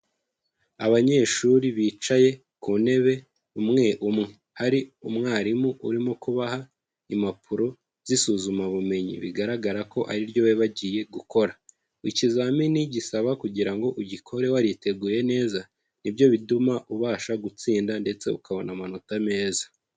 Abanyeshuri bicaye ku ntebe, umwe umwe, hari umwarimu urimo kubaha impapuro z'isuzumabumenyi, bigaragara ko ari ryo bagiye gukora. Ikizamini gisaba kugira ugikore wariteguye neza. Ni byo bituma ubasha gutsinda ndetse ukabona amanota meza.